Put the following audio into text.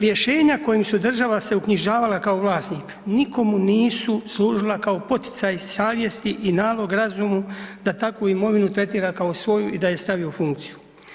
Rješenja kojim su država se uknjižavala kao vlasnik nikomu nisu služila kao poticaj savjesti i nalog razumu da takvu imovinu tretira kao svoju i da je stavi u funkciju.